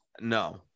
no